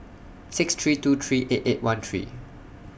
six three two three eight eight one three